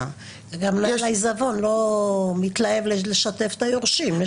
--- וגם מנהל העיזבון לא מתלהב לשתף את היורשים.